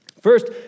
First